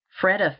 Freda